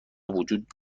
وجود